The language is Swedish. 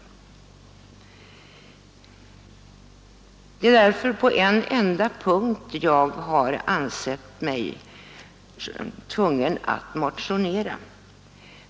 Det är på en enda punkt som jag har ansett mig tvungen att motionera.